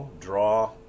draw